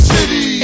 City